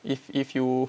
if if you